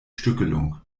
stückelung